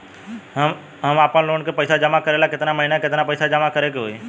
हम आपनलोन के पइसा जमा करेला केतना महीना केतना पइसा जमा करे के होई?